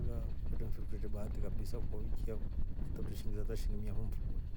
Kwetre mfiri kutetre bahati kabisa ukaukya utate hata shilingi mia ho mfukoni.